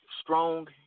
strong